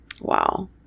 Wow